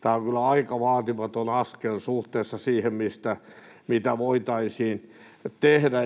tämä on kyllä aika vaatimaton askel suhteessa siihen, mitä voitaisiin tehdä.